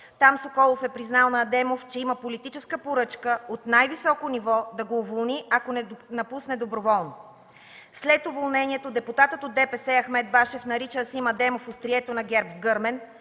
Там Соколов е признал на Адемов, че има политическа поръчка от най-високо ниво да го уволни, ако не напусне доброволно. След уволнението депутатът от ДПС Ахмед Башев нарича Асим Адемов „острието на ГЕРБ в Гърмен”